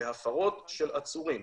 בהפרות של עצורים.